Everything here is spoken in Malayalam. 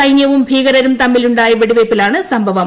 സൈന്യവും ഭീകരരും തമ്മിലുണ്ടായ വെടിവെയ്പ്പില്ലാണ് സംഭവം